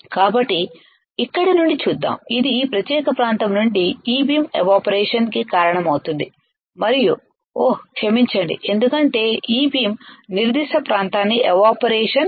కాబట్టి ఇక్కడ నుండి చూద్దాం ఇది ఈ ప్రత్యేక ప్రాంతం నుండి E బీమ్ ఎవాపరేషన్ కి కారణమవుతుంది మరియు ఓహ్ క్షమించండి ఎందుకంటే ఇ బీమ్ నిర్దిష్ట ప్రాంతాన్ని ఎవాపరేషన్ చేస్తుంది